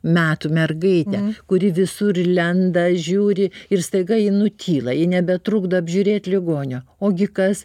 metų mergaitę kuri visur lenda žiūri ir staiga ji nutyla ji nebetrukdo apžiūrėti ligonio o gi kas